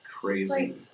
crazy